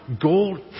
Gold